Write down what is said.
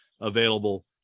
available